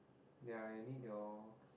ya I need your